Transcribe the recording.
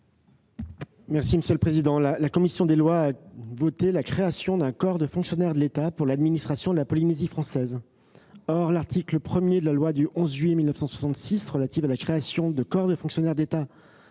secrétaire d'État. La commission des lois a voté la création d'un corps de fonctionnaires de l'État pour l'administration de la Polynésie française. Or l'article 1 de la loi du 11 juillet 1966 relative à la création de corps de fonctionnaires de l'État